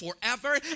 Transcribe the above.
forever